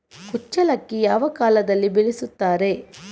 ಕುಚ್ಚಲಕ್ಕಿ ಯಾವ ಕಾಲದಲ್ಲಿ ಬೆಳೆಸುತ್ತಾರೆ?